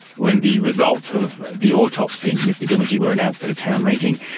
when the results of the autopsy into mr doomadgee were announced at a town meeting.